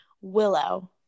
Willow